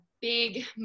big